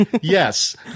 yes